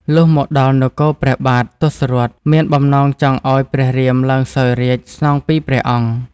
លុះមកដល់នគរព្រះបាទ ទសរថ មានបំណងចង់ឱ្យព្រះរាមឡើយសោយរាជ្យស្នងពីព្រះអង្គ។